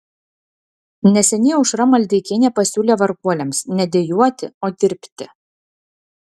neseniai aušra maldeikienė pasiūlė varguoliams ne dejuoti o dirbti